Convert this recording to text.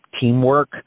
teamwork